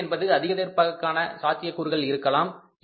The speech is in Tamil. செலவு என்பது அதிகரிப்பதற்கான சாத்தியக்கூறுகள் இருக்கலாம்